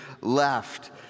left